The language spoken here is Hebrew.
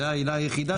זו העילה היחידה.